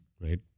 Right